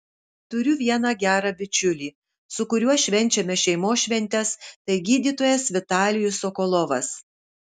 turiu vieną gerą bičiulį su kuriuo švenčiame šeimos šventes tai gydytojas vitalijus sokolovas